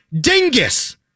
dingus